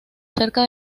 cerca